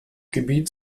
gebiet